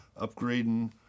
upgrading